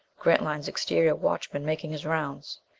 grantline's exterior watchman making his rounds.